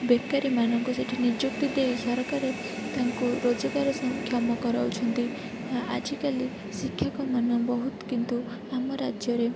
ବେକାରୀମାନଙ୍କୁ ସେଇଠି ନିଯୁକ୍ତି ଦେଇ ସରକାର ତାଙ୍କୁ ରୋଜଗାର ସକ୍ଷମ କରାଉଛନ୍ତି ଆଜିକାଲି ଶିକ୍ଷକମାନେ ବହୁତ କିନ୍ତୁ ଆମ ରାଜ୍ୟରେ